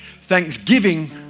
Thanksgiving